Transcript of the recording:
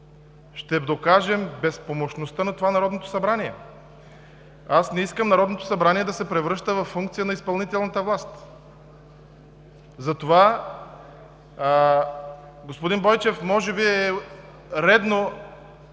ще докажем безпомощността на това Народно събрание. Аз не искам Народното събрание да се превръща във функция на изпълнителната власт! Господин Бойчев, може би е редно